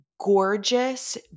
gorgeous